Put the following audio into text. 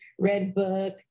Redbook